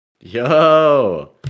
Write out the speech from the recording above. yo